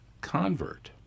convert